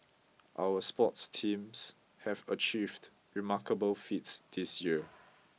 our sports teams have achieved remarkable feats this year